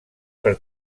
per